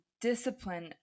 discipline